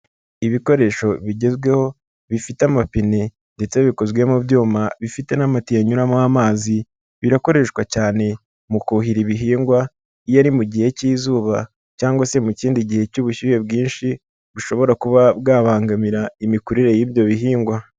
Ibikoresho bigezweho bifite amapine ndetse bikozwe mu byuma bifite n'amatiyo ayanyuramo amazi, birakoreshwa cyane mu kuhira ibihingwa iyo ari mu gihe k'izuba cyangwa se mu kindi gihe cy'ubushyuhe bwinshi bushobora kuba bwabangamira imikurire y'ibyo bihingwa.